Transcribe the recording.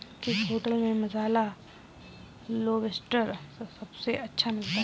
किस होटल में मसाला लोबस्टर सबसे अच्छा मिलता है?